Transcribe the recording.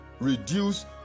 Reduce